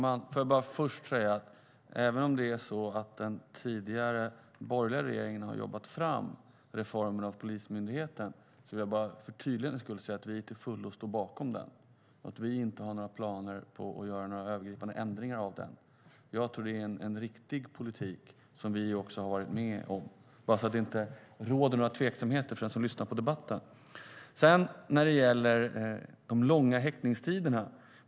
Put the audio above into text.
Herr talman! Även om den tidigare borgerliga regeringen har jobbat fram reformen av polismyndigheten vill jag för tydlighetens skull säga att vi till fullo står bakom den. Vi har inte några planer på att göra några övergripande ändringar av den. Det är en riktig politik som vi också har deltagit i. Det ska inte råda några tveksamheter för den som lyssnar på debatten. Sedan var det frågan om de långa häktningstiderna.